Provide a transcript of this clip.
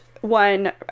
one